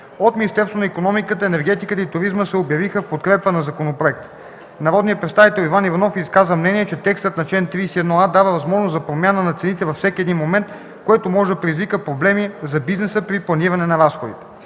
От Министерството на икономиката, енергетиката и туризма се обявиха в подкрепа на законопроекта. Народният представител Иван Н. Иванов изказа мнение, че текстът на чл. 31а дава възможност за промяна на цените във всеки един момент, което може да предизвика проблеми за бизнеса при планиране на разходите.